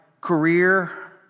career